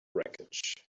wreckage